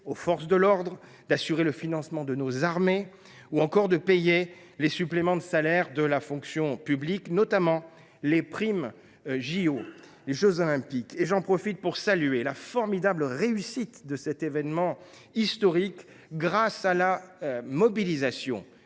aux forces de l’ordre, d’assurer le financement de nos armées ou encore de payer les suppléments de salaire de la fonction publique, notamment les primes liées aux jeux Olympiques et Paralympiques. Je profite de ce dernier point pour saluer la formidable réussite de cet événement historique, grâce à la mobilisation